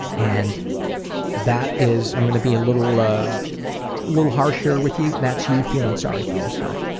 and that is i'm going to be a little ah little harsh here with you, that's you feeling sorry for yourself.